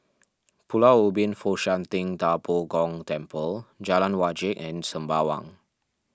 Pulau Ubin Fo Shan Ting Da Bo Gong Temple Jalan Wajek and Sembawang